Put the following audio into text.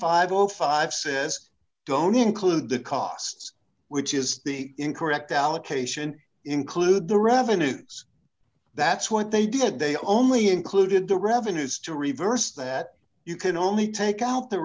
and five says don't include the costs which is the incorrect allocation include the revenues that's what they did they only included the revenues to reverse that you can only take out the